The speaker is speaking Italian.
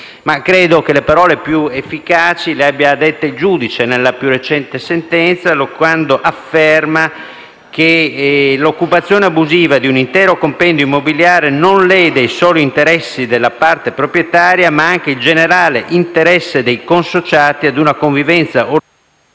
Credo che le parole più efficaci le abbia dette il giudice nella più recente sentenza, allorquando afferma che l'occupazione abusiva di un intero compendio immobiliare non lede i soli interessi della parte proprietaria, ma anche il generale interesse dei consociati ad una convivenza